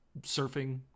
surfing